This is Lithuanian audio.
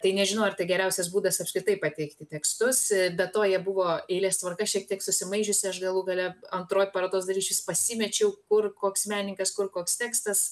tai nežinau ar tai geriausias būdas apskritai pateikti tekstus be to jie buvo eilės tvarka šiek tiek susimaišiusi aš galų gale antroj parodos daly išvis pasimečiau kur koks menininkas kur koks tekstas